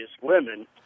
women